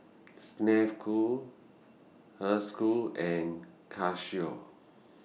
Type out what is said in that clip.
Snek Ku Herschel and Casio